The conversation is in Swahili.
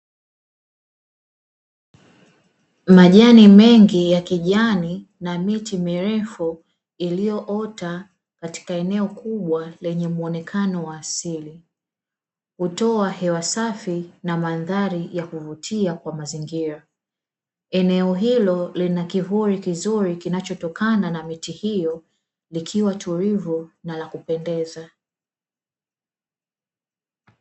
Majani mengi ya kijani na miti mirefu iliyoota katika eneo kubwa lenye muonekano wa asili. Hutoa hewa safi na mandhari ya kuvutia kwa mazingira. Eneo hilo lina kivuli kizuri kinachotokana a na miti hiyo likiwa tulivu na la kupendeza.